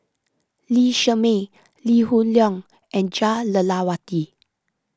Lee Shermay Lee Hoon Leong and Jah Lelawati